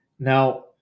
Now